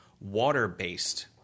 water-based –